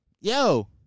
yo